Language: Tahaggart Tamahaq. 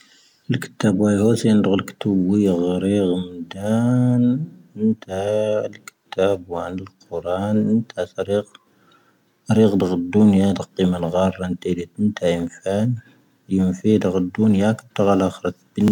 ⵍⴽ'ⵜⴰⴱⵓ ⴰⵢ ⵀ 媲 ⴽ ⵙⴻⴰⵎ ⵏⴷⴳⴻ ⵍⴽ'ⵜⴰⵡⵓ, ⵊⵢⵀⴰ ⴽ'ⴰⵔⵉⴽ ⵎⵏⴷⴰⵏ –. ⵎⵏⵉⵜⴰⵀ ⵍⴽ'ⵜⴰⴱⵓ ⵏⴷⵀⴻ ⵍⴽ'ⵓⵔⴰⵏ, ⵏⴰ ⵏⵜⴰⵀ ⵙⴰⵔⵉⴽ. ⴰⵔⵉⴽ ⴷⵀ'ⴳⴷⵓⵏ ⵢⴰ ⴷⴳ'ⴻ ⵎⴰⵏⴳⵀⴰⵔ ⴰⵏ ⵜⴻⵔⴻ ⵜoⵏ ⵜ'ⴰⴼⴰⵏ. ⵢⴻⵎⴼⴻⵢ ⴷⵀ'ⴳⴷⵓⵏ ⵢⴰ ⴳⵜⴰⵀⴰⵍ ⴰⴳⴰⵔⴰⵙ p'ⵏ ⵎⵏⵉⵍⵉ.